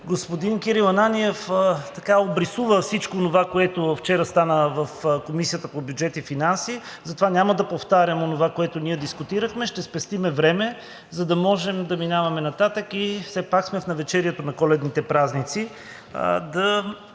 Господин Кирил Ананиев обрисува всичко, което стана вчера в Комисията по бюджет и финанси, затова няма да повтарям онова, което дискутирахме. Ще спестим време, за да можем да минаваме нататък. Все пак сме в навечерието на Коледните празници